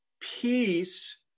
Peace